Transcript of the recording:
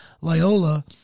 Loyola